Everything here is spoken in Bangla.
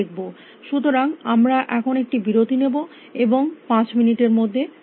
সুতরাং আমরা এখন একটি বিরতি নেব এবং পাঁচ মিনিটের মধ্যে ফিরে আসব